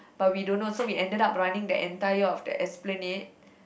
but we don't know so we ended up running the entire of the Esplanade